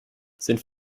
sind